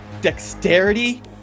Dexterity